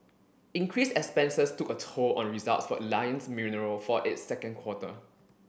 increased expenses took a toll on results for Alliance Mineral for its second quarter